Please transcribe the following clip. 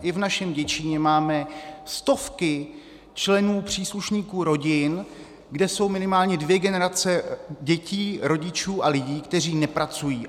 I v našem Děčínu máme stovky členů, příslušníků rodin, kde jsou minimálně dvě generace dětí, rodičů a lidí, kteří nepracují.